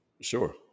Sure